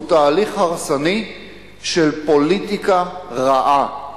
זה תהליך הרסני של פוליטיקה רעה,